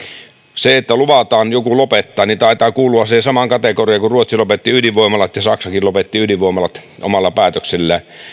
se että luvataan joku lopettaa taitaa kuulua siihen samaan kategoriaan kuin se että ruotsi lopetti ydinvoimalat ja saksakin lopetti ydinvoimalat omalla päätöksellään